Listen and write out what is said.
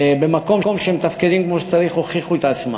במקום שהם מתפקדים כמו שצריך, הוכיחו את עצמם.